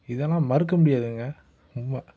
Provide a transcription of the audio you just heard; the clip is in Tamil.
இதெல்லாம் மறுக்க முடியாதுங்க உண்மை